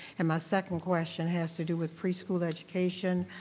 and my second question has to do with preschool education.